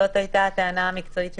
זאת הייתה הטענה המקצועית ששמענו,